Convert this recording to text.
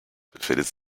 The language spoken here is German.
befindet